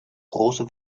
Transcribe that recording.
große